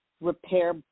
repair